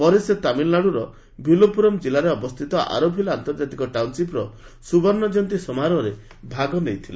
ପରେ ସେ ତାମିଲନାଡୁର ଭିଲୁପୁରମ୍ ଜିଲ୍ଲାରେ ଅବସ୍ଥିତ ଆରୋଭିଲ୍ ଆନ୍ତର୍ଜାତିକ ଟାଉନ୍ ସିପ୍ର ସୁବର୍ଷଜୟନ୍ତୀ ସମାରୋହରେ ଭାଗ ନେଇଥିଲେ